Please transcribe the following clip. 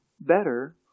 better